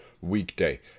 weekday